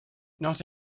not